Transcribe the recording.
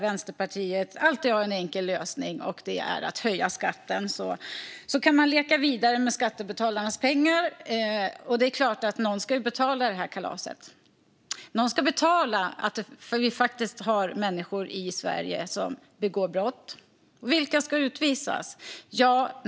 Vänsterpartiet har alltid en enkel lösning: att höja skatten. Sedan kan man leka vidare med skattebetalarnas pengar. Någon ska ju betala för det här kalaset. Någon ska betala för att vi faktiskt har människor i Sverige som begår brott. Vilka ska utvisas?